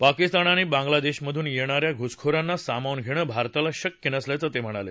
पाकिस्तान आणि बांगलादेशातून येणाऱ्या घुसखोरांना सामावून घेणं भारताला शक्य नसल्याचं ते म्हणाले